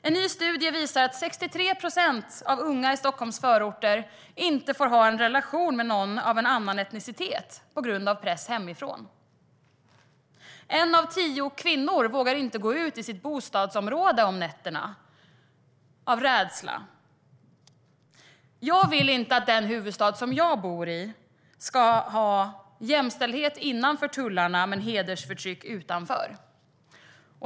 En ny studie visar att 63 procent av unga i Stockholms förorter inte får ha en relation med någon av en annan etnicitet på grund av press hemifrån. En av tio kvinnor vågar inte gå ut i sitt bostadsområde om nätterna. Jag vill inte att den huvudstad jag bor i ska ha jämställdhet innanför tullarna men hedersförtryck utanför.